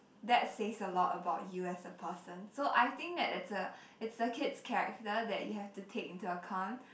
that says a lot about you as a person so I think that it's a it's a kid's character that you have to take into account